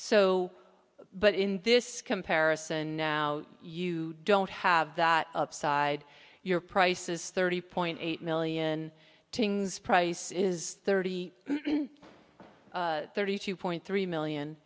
so but in this comparison you don't have that upside your price is thirty point eight million things price is thirty thirty two point three million